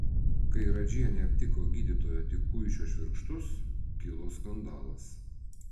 kai radžienė aptiko gydytojo tikuišio švirkštus kilo skandalas